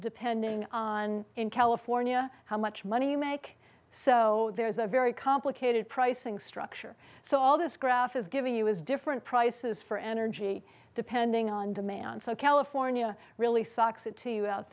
depending on in california how much money you make so there is a very complicated pricing structure so all this graph is giving you is different prices for energy depending on demand so california really socks it t